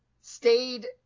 stayed